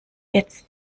jetzt